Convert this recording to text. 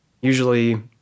usually